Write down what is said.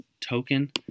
token